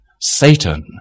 Satan